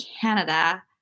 Canada